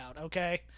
okay